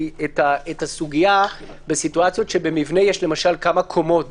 הסוגיה בסיטואציות שבמבנה יש כמה קומות למשל.